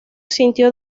sintió